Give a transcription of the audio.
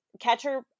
catcher